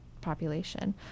population